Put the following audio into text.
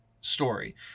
story